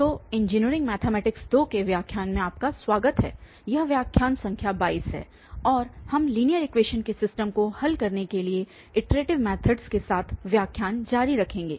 तो engineering mathematics 2 के व्याख्यान में आपका स्वागत है यह व्याख्यान संख्या 22 है और हम लीनियर इक्वेशनस के सिस्टम को हल करने के लिए इटरेटिव मैथडस के साथ व्याख्यान जारी रखेंगे